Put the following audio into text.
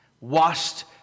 Washed